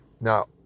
Now